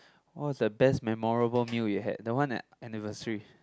what was the best memorable meal you had that one at anniversary